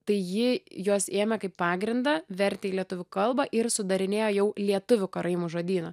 tai ji juos ėmė kaip pagrindą vertė į lietuvių kalbą ir sudarinėjo jau lietuvių karaimų žodyną